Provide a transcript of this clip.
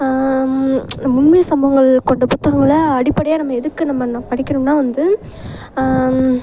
உண்மை சம்பவங்கள் கொண்ட புத்தகங்களை அடிப்படையாக நம்ம எதுக்கு நம்ம படிக்கணும்னால் வந்து